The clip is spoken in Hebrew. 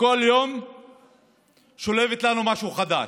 כל יום שולפת לנו משהו חדש.